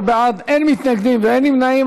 15 בעד, אין מתנגדים ואין נמנעים.